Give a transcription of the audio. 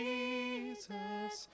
Jesus